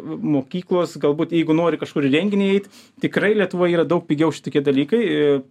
mokyklos galbūt jeigu nori kažkur į renginį eit tikrai lietuvoj yra daug pigiau šitokie dalykai